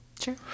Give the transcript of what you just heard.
Sure